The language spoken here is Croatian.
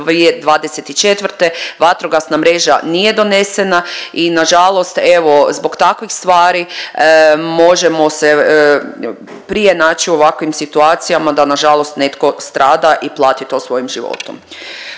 vatrogasna mreža nije donesena i na žalost evo zbog takvih stvari možemo se prije naći u ovakvim situacijama da na žalost netko strada i plati to svojim životom.